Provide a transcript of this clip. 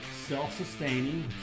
self-sustaining